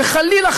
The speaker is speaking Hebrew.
וחלילה,